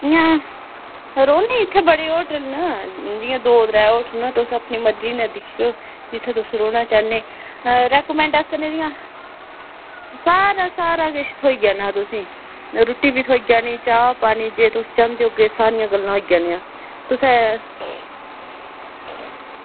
इ'यां रौंह्दे न इत्थै बड़े होटल न इं'दे दो त्रैऽ होटल न जित्थै तुस रौह्ना चांह्दे रेस्टोरेंट आह्ला सारा किश थ्होई जाना रुट्टी बी थ्होई जानी चाह् पानी जे तुस बी चांह्दे होगे ते इत्थै आइयै गल्लां होई जानियां